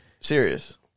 serious